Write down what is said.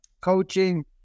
coaching